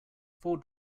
four